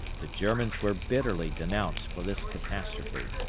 the germans were bitterly denounced for this catastrophe,